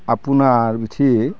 आपुनार बेथिं